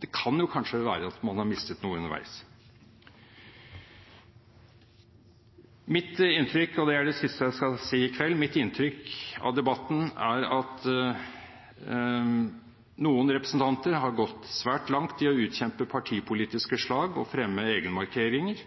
Det kan jo kanskje være at man har mistet noe underveis. Mitt inntrykk, og det er det siste jeg skal si i kveld, av debatten er at noen representanter har gått svært langt i å utkjempe partipolitiske slag og fremme egenmarkeringer,